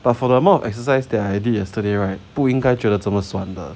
but for the amount of exercise that I did yesterday right 不应该觉得这么酸的